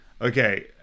Okay